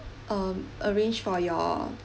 um arrange for your